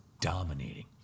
dominating